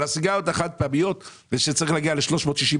הסיגריות החד פעמיות יישארו במחיר גבוה יותר,